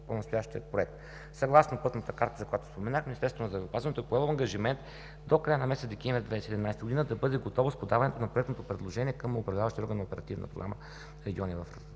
по настоящия Проект. Съгласно пътната карта, за която споменах, Министерството на здравеопазването е поело ангажимент до края на месец декември 2017 г. да бъде готово с подаването на проектното предложение към Управляващия орган на Оперативна програма „Региони в растеж“